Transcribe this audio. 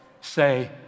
say